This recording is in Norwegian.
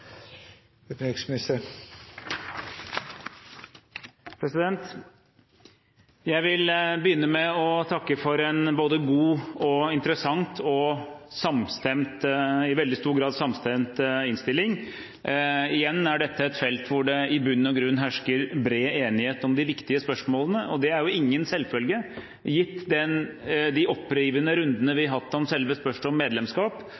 Jeg vil begynne med å takke for en både god, interessant og i veldig stor grad samstemt innstilling. Igjen er dette et felt hvor det i bunn og grunn hersker bred enighet om de viktige spørsmålene, og det er ingen selvfølge. Gitt de opprivende rundene vi har hatt om selve spørsmålet om medlemskap,